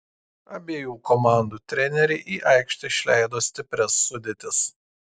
abiejų komandų treneriai į aikštę išleido stiprias sudėtis